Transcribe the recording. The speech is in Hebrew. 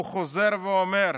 הוא חוזר ואומר: